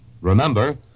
Remember